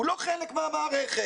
שהוא לא חלק מהמערכת,